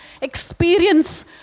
experience